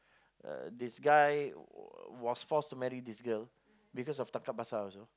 uh this guy was forced to marry this girl because of tangkap basah also